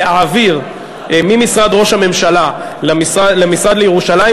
להעביר ממשרד ראש הממשלה למשרד לירושלים